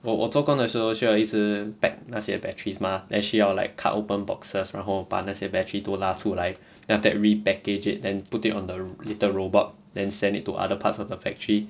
我我做工的时候需要一直 pack 那些 batteries mah then 需要 like cut open boxes 然后把那些 battery 都拉出来 then after that repackage it then put it on the little robot then send it to other parts of the factory